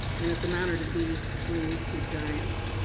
and it's an honor to be between these two giants.